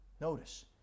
Notice